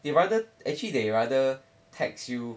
they rather actually they rather text you